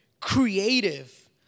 creative